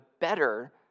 better